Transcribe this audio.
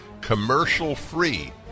commercial-free